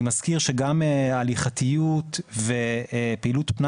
אני מזכיר שגם הליכתיות ופעילות פנאי